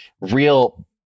real